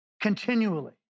continually